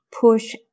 push